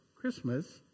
Christmas